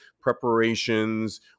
preparations